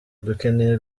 dukeneye